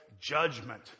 judgment